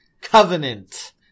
Covenant